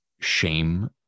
shame